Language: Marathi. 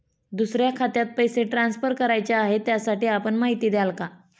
दुसऱ्या खात्यात पैसे ट्रान्सफर करायचे आहेत, त्यासाठी आपण माहिती द्याल का?